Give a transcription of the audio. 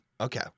Okay